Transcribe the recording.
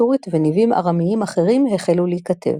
סורית וניבים ארמיים אחרים החלו להיכתב.